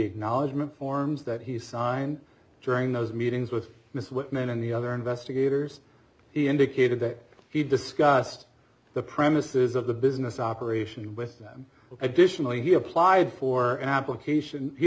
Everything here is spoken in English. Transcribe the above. acknowledgment forms that he signed during those meetings with miss whitman and the other investigators he indicated that he discussed the premises of the business operation with them additionally he applied for an application he